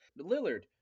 Lillard